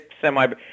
semi